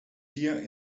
here